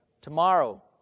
Tomorrow